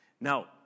Now